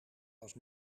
was